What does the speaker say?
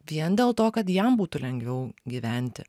vien dėl to kad jam būtų lengviau gyventi